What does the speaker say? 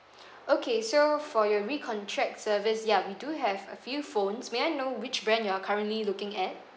okay so for your re-contract service ya we do have a few phones may I know which brand you are currently looking at